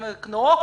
הם יקנו אוכל,